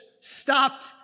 stopped